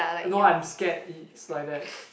no I'm scared it's like that